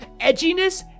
Edginess